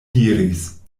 diris